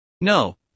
No